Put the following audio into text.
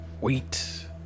Wait